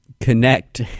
connect